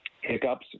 hiccups